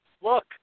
look